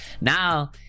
Now